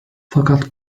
fakat